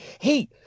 Hey